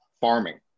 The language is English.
farming